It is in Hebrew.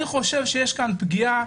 אני חושב שיש כאן פגיעה